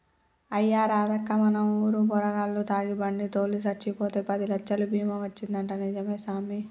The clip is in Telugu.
అయ్యా రాదక్కా మన ఊరు పోరగాల్లు తాగి బండి తోలి సచ్చిపోతే పదిలచ్చలు బీమా వచ్చిందంటా నిజమే సామి